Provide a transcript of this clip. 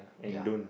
ya